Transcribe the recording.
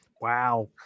Wow